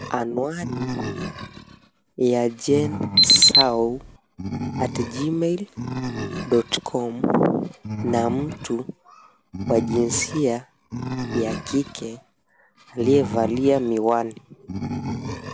Anwani ya Janemusau@gmail.com. Na mtu wa jinsia ya kike, aliyevalia miwani.